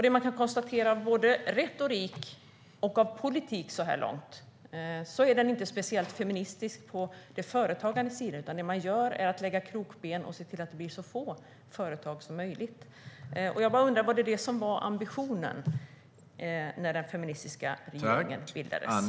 Det kan konstateras utifrån både retorik och politik så här långt att regeringen inte är speciellt feministisk på företagarsidan. I stället lägger den krokben och ser till att det blir så få företag som möjligt. Jag bara undrar: Var det detta som var ambitionen när den feministiska regeringen bildades?